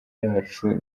yacu